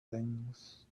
things